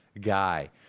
guy